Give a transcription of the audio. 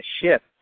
ship